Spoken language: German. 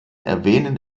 erwähnen